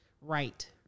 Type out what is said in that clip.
right